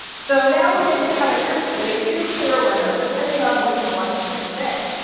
so now we basically have attention. we have to clear winners depending on what you want them to convey.